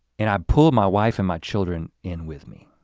and i pulled my wife and my children in with me.